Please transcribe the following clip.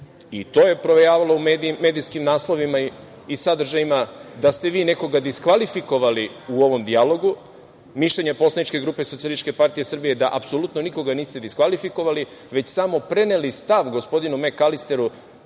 i to je provejavalo u medijskim naslovima i sadržajima, da ste vi nekoga diskvalifikovali u ovom dijalogu. Mišljenje poslaničke grupe SPS je da apsolutno niste nikoga diskvalifikovali, već samo preneli stav gospodinu Mekalisteru,